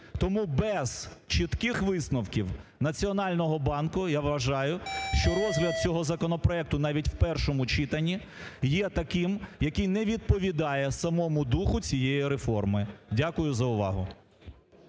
Тому без чітких висновків Національного банку, я вважаю, що розгляд цього законопроекту, навіть в першому читанні, є таким, який не відповідає самому духу цієї реформи. Дякую за увагу.